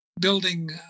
building